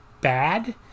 bad